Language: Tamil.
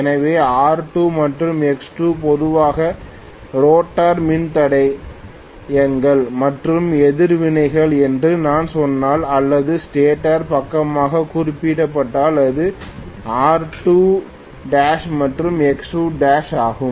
எனவே R2 மற்றும் X2 பொதுவாக ரோட்டார் மின்தடையங்கள் மற்றும் எதிர்வினைகள் என்று நான் சொன்னால் அல்லது ஸ்டேட்டர் பக்கமாகக் குறிப்பிடப்பட்டால் அது R21மற்றும் X21ஆகும்